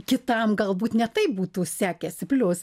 kitam galbūt ne taip būtų sekęsi plius